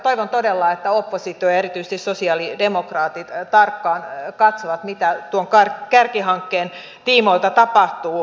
toivon todella että oppositio ja erityisesti sosialidemokraatit tarkkaan katsovat mitä tuon kärkihankkeen tiimoilta tapahtuu